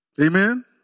Amen